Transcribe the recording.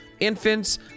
infants